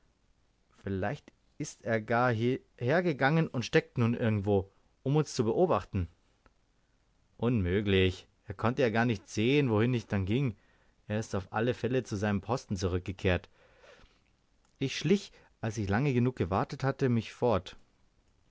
vielleicht ist er gar hierhergegangen und steckt nun irgendwo um uns zu beobachten unmöglich er konnte ja gar nicht sehen wohin ich dann ging er ist auf alle fälle zu seinem posten zurückgekehrt ich schlich als ich lange genug gewartet hatte mich fort